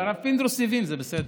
אבל הרב פינדרוס הבין, זה בסדר.